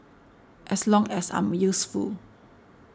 as long as I'm useful